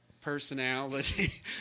personality